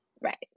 right